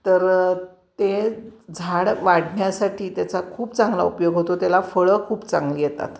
तर ते झाड वाढण्यासाठी त्याचा खूप चांगला उपयोग होतो त्याला फळं खूप चांगली येतात